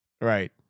Right